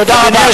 תודה רבה.